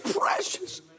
precious